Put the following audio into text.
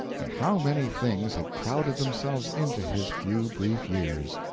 and how many things had crowded themselves into his few brief years!